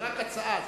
רק הצעה.